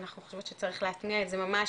אנחנו חושבות שצריך להתניע את זה ממש